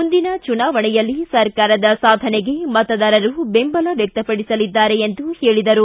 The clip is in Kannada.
ಮುಂದಿನ ಚುನಾವಣೆಯಲ್ಲಿ ಸರ್ಕಾರದ ಸಾಧನೆಗೆ ಮತದಾರರು ಬೆಂಬಲ ವ್ಯಕ್ತಪಡಿಸಲಿದ್ದಾರೆ ಎಂದರು